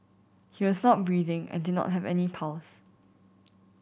he was not breathing and did not have any pulse